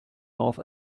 north